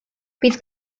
bydd